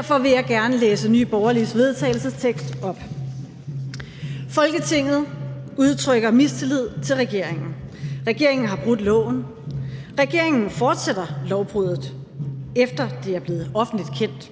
forslag til vedtagelse op: Forslag til vedtagelse »Folketinget udtrykker mistillid til regeringen. Regeringen har brudt loven. Regeringen fortsætter lovbruddet, efter at det er blevet offentligt kendt.